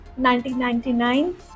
1999